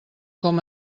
com